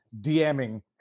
DMing